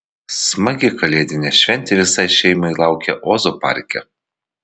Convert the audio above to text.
smagi kalėdinė šventė visai šeimai laukia ozo parke